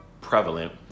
prevalent